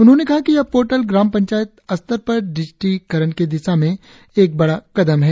उन्होंने कहा कि यह पोर्टल ग्राम पंचायत स्तर पर डिजिटीकरण की दिशा में एक बड़ा कदम है